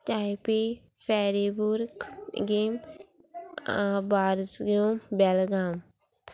चायपी फेरीबूर्ग गेम बार्सगीम बेलगांम